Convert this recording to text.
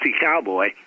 cowboy